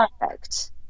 perfect